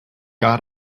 got